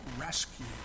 rescue